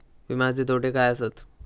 विमाचे तोटे काय आसत?